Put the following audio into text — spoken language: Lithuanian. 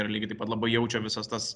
ir lygiai taip pat labai jaučia visas tas